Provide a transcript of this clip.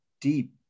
deep